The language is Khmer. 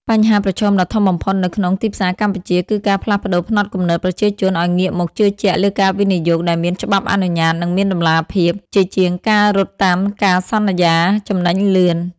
បញ្ហាប្រឈមដ៏ធំបំផុតនៅក្នុងទីផ្សារកម្ពុជា គឺការផ្លាស់ប្តូរផ្នត់គំនិតប្រជាជនឱ្យងាកមកជឿជាក់លើការវិនិយោគដែលមានច្បាប់អនុញ្ញាត និងមានតម្លាភាព ជាជាងការរត់តាមការសន្យាចំណេញលឿន។